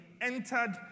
entered